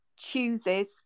chooses